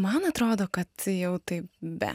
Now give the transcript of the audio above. man atrodo kad jau tai be